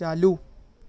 چالو